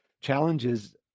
challenges